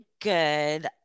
good